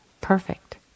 perfect